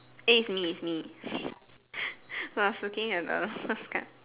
eh it's me it's me I was looking at the last card